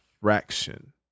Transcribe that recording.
fraction